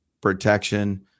protection